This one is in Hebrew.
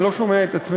אני לא שומע את עצמי.